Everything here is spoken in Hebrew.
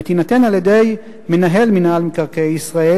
ותינתן על-ידי מנהל מינהל מקרקעי ישראל,